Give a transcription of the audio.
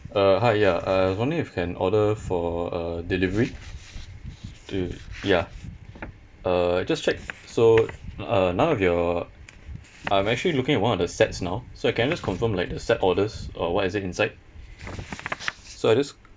uh hi ya uh I was wondering if I can order for uh delivery to ya uh just check so uh now if your I'm actually looking at one of the sets now so can I just confirm like the set orders uh what is it inside so I just